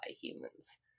humans